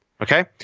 Okay